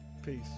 Peace